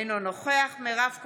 אינו נוכח מירב כהן,